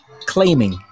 claiming